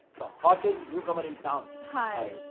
the hottest newcomer in town. hi.